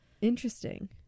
Interesting